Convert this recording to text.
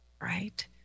right